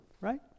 right